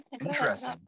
Interesting